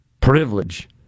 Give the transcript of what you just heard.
privilege